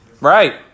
Right